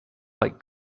like